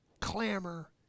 clamor